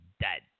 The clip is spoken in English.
dead